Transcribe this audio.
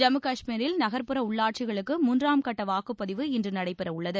ஜம்மு காஷ்மீரில் நகர்ப்புற உள்ளாட்சிகளுக்கு மூன்றாம் கட்ட வாக்குப்பதிவு இன்று நடைபெறவுள்ளது